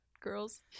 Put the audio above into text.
Girls